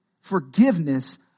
Forgiveness